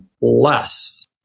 less